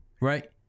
Right